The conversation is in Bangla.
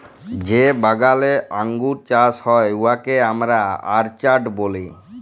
যে বাগালে আঙ্গুর চাষ হ্যয় উয়াকে আমরা অরচার্ড ব্যলি